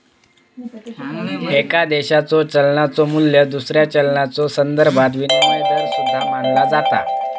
एका देशाच्यो चलनाचो मू्ल्य दुसऱ्या चलनाच्यो संदर्भात विनिमय दर सुद्धा मानला जाता